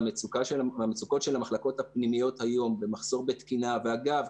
והמצוקות של המחלקות הפנימיות היום במחסור בתקינה ואגב,